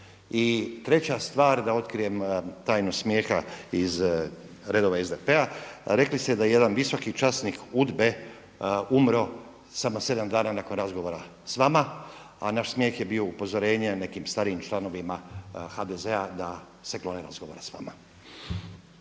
I treća stvar da otkrijem tajnu smijeha iz redova SDP-a, rekli ste da jedan visoki časnik UDBA-e umro samo sedam dana nakon razgovora s vama, a naš smijeh je bio upozorenje nekim starijim članovima HDZ-a da se klone razgovora s vama.